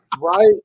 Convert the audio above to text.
Right